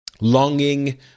longing